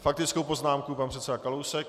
Faktickou poznámku pan předseda Kalousek.